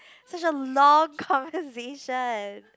such a long conversation